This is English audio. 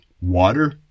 water